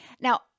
Now